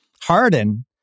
Harden